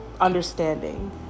understanding